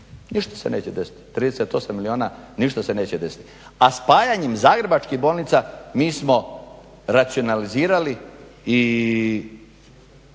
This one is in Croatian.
ništa se neće desiti. 38 milijuna, ništa se neće desiti. A spajanjem zagrebačkih bolnica mi smo racionalizirali i